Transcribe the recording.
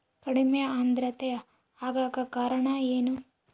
ಕಡಿಮೆ ಆಂದ್ರತೆ ಆಗಕ ಕಾರಣ ಏನು?